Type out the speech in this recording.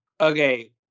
okay